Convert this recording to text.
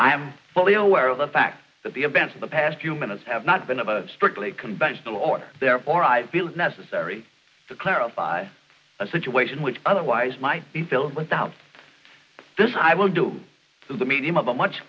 i'm fully aware of the fact that the best the past few minutes have not been about strictly conventional or therefore i feel it necessary to clarify a situation which otherwise might be filled without this i will do the medium of a much